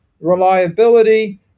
reliability